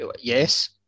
yes